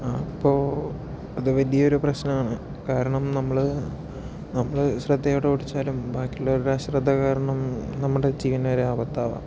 അപ്പോൾ അത് വലിയൊരു പ്രശ്നം ആണ് കാരണം നമ്മൾ നമ്മൾ ശ്രദ്ധയോടെ ഓടിച്ചാലും ബാക്കിയുള്ളവരുടെ അശ്രദ്ധ കാരണം നമ്മുടെ ജീവനുവരെ ആപത്താകാം